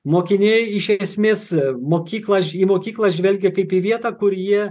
mokiniai iš esmės mokyklą ž į mokyklą žvelgia kaip į vietą kur jie